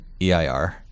EIR